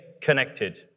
connected